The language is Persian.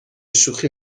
شوخی